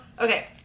Okay